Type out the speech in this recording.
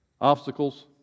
obstacles